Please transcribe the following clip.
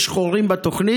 יש חורים בתוכנית,